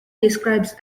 describes